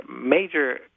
major